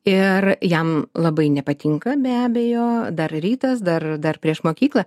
ir jam labai nepatinka be abejo dar rytas dar dar prieš mokyklą